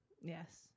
Yes